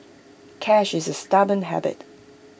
cash is A stubborn habit